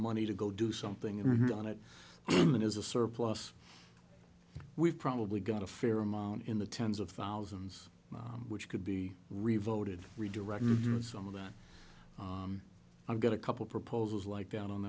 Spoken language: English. money to go do something or not it is a surplus we've probably got a fair amount in the tens of thousands which could be revoted redirect some of that i got a couple proposals like down on